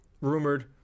rumored